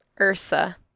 Ursa